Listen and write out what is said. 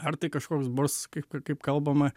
ar tai kažkoks bus kaip kaip kalbama